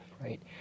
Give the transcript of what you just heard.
right